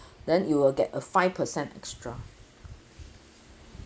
then you will get a five percent extra